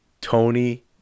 Tony